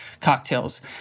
cocktails